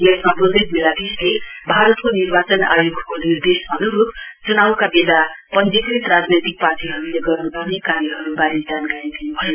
यमसा बोल्दै जिल्लाधीश भारतको निर्वाचन आयोगको निर्देश अनुरूप चुनाउका बेला पञ्जीकृत राजनैतिक पार्टीहरूले गर्नुपर्ने कार्यहरूबारे जानकारी दिनुभयो